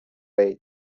reich